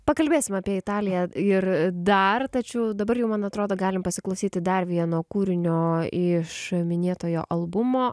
pakalbėsim apie italiją ir dar tačiau dabar jau man atrodo galim pasiklausyti dar vieno kūrinio iš minėtojo albumo